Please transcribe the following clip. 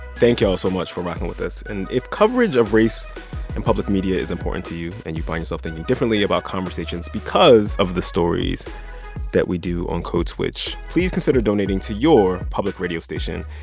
thank y'all so much for rocking with us. and if coverage of race in public media is important to you and you find yourself thinking differently about conversations because of the stories that we do on code switch, please consider donating to your public radio station.